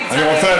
רוצה,